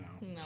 No